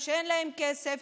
שאין להם כסף,